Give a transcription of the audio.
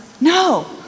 no